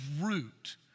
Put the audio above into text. root